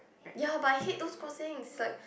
ya but I hate those crossings like